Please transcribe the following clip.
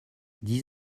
dix